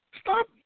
Stop